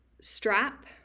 strap